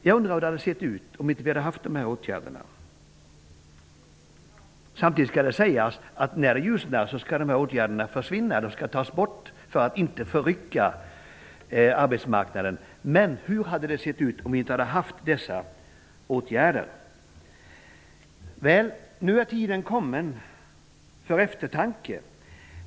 Jag undrar hur det hade sett ut, om vi inte hade haft de åtgärderna. Samtidigt skall sägas att när det ljusnar, skall de här åtgärderna tas bort för att inte förrycka arbetsmarknaden. Men hur hade det sett ut, om vi inte haft dessa åtgärder? Nu har tiden kommit för eftertanke.